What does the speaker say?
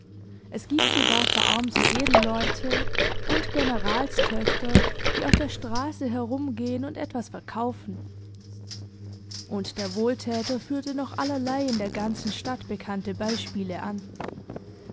es giebt sogar verarmte edelleute und generalstöchter die auf der straße herumgehen und etwas verkaufen und der wohltäter führte noch allerlei in der ganzen stadt bekannte beispiele an